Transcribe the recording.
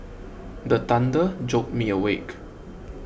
the thunder jolt me awake